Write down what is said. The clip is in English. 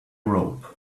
robe